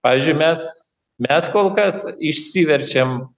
pavyzdžiui mes mes kol kas išsiverčiam